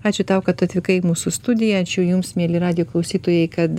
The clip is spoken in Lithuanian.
ačiū tau kad atvykai į mūsų studiją ačiū jums mieli radijo klausytojai kad